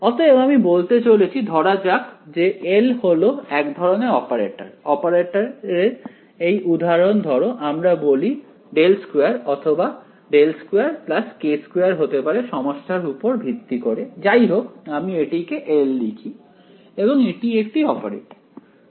অতএব আমি বলতে চলেছি ধরা যাক যে L হল এক ধরনের অপারেটর অপারেটরের এই উদাহরণ ধরো আমরা বলি ∇2 অথবা ∇2 k2 হতে পারে সমস্যার উপর ভিত্তি করে যাই হোক আমি এটিকে L লিখি এবং এটি একটি অপারেটর